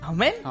Amen